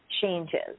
changes